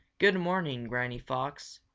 good morning, granny fox.